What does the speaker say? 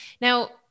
Now